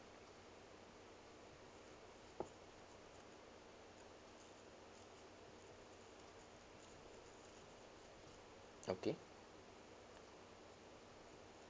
okay